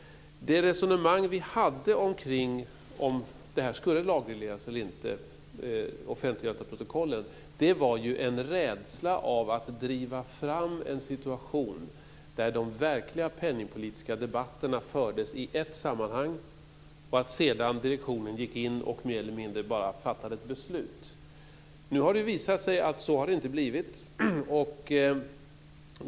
Det resonemang som vi förde omkring huruvida offentliggörandet av protokollet skulle lagregleras eller inte var grundat på en rädsla för att driva fram en situation där de verkliga penningpolitiska debatterna fördes i ett sammanhang, och direktionen sedan gick in och mer eller mindre bara fattade ett beslut. Nu har det visat sig att det inte har blivit så.